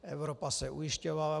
Evropa se ujišťovala.